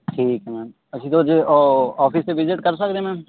ਠੀਕ ਹੈ ਮੈਮ ਅਸੀਂ ਔ ਔਫਿਸ 'ਚ ਵਿਜਿਟ ਕਰ ਸਕਦੇ ਹਾਂ ਮੈਮ